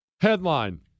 Headline